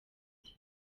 uti